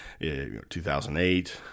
2008